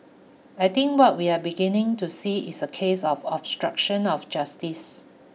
I think what we are beginning to see is a case of obstruction of justice